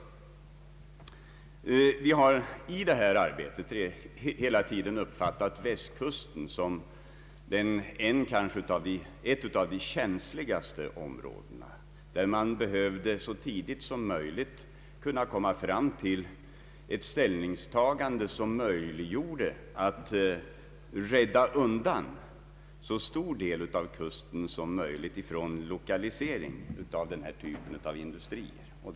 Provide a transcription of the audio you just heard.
Vi har i detta arbete hela tiden uppfattat Västkusten som ett av de känsligaste områdena, där man så tidigt som möjligt borde komma fram till ett ställningstagande som gjorde det möjligt att rädda undan så stor del av kusten som möjligt från lokalisering av denna typ av industrier.